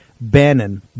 Bannon